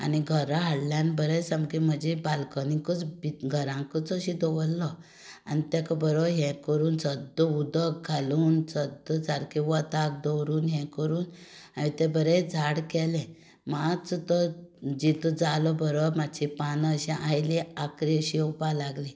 हाडलो आनी बरें सामकें म्हजे बाल्कनिकूच घराकूच अशें दवरलो आनी ताका बरो हें करून सद्दां उदक घालून सद्दां सामकें वताक दवरून हांवें तें बरें झाड केलें मात्सो तो जितो जालो बरो पानां अशीं आयली आंखरी अशी आयली